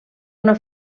una